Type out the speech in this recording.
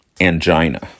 Angina